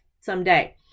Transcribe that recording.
someday